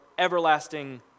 everlasting